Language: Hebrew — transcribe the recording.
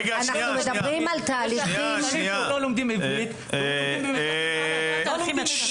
--- תלמידים לא לומדים עברית --- חמש שנים.